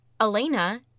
elena